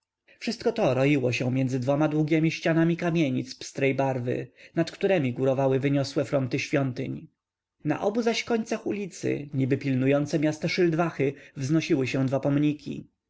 wszystko to roiło się między dwoma długiemi ścianami kamienic pstrej barwy nad któremi górowały wyniosłe fronty świątyń na obu zaś końcach ulicy niby pilnujące miasta szyldwachy wznosiły się dwa pomniki